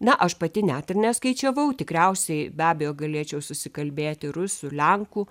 na aš pati net ir neskaičiavau tikriausiai be abejo galėčiau susikalbėti rusų lenkų